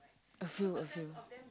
a few a few